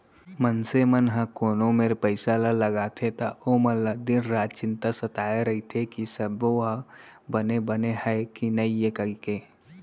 मनसे मन ह कोनो मेर पइसा ल लगाथे त ओमन ल दिन रात चिंता सताय रइथे कि सबो ह बने बने हय कि नइए कइके